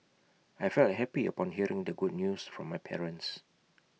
I felt happy upon hearing the good news from my parents